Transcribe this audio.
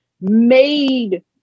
made